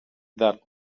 that